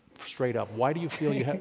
straight up, why do you feel you have.